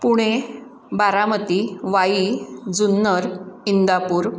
Pune Baramati Wai Junnar Indapur